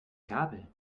gabel